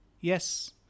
yes